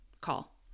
call